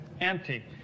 empty